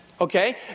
Okay